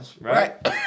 right